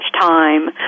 time